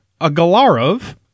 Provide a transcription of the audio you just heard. Agalarov